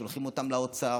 שולחים אותם לאוצר,